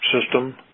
system